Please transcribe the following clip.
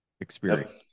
experience